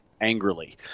angrily